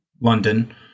London